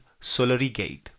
SolariGate